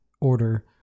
order